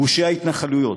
גושי ההתנחלויות,